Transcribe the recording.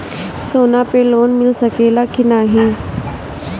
सोना पे लोन मिल सकेला की नाहीं?